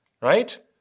right